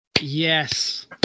Yes